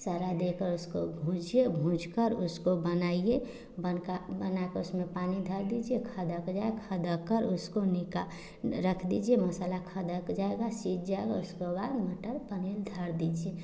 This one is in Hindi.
सारा देकर उसको भूंजिए भूंजकर उसको बनाइए बनका बनाकर उसमें पानी ध दीजिए खदक जाए खदक कर उसको निका रख दीजिए मसाला खदक जाएगा सीज जाएगा उसको बाद मटर पनील धर दीजिए